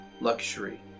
luxury